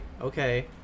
okay